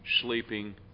Sleeping